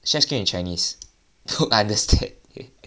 share screen in chinese don't understand